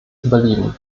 überleben